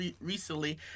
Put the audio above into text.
recently